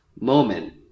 moment